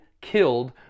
killed